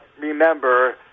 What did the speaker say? remember